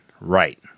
right